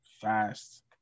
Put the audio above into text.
fast